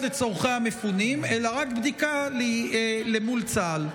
לצורכי המפונים אלא רק בדיקה למול צה"ל.